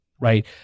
right